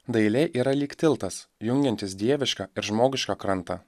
dailė yra lyg tiltas jungiantis dievišką ir žmogišką krantą